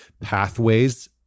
pathways